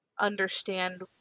understand